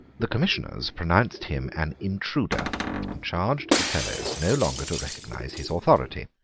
the commissioners pronounced him an intruder, and charged the fellows no longer to recognise his authority,